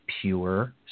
pure